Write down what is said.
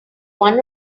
one